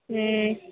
हूँ